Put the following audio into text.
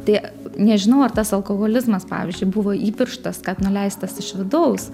tai nežinau ar tas alkoholizmas pavyzdžiui buvo įpirštas kad nuleistas iš vidaus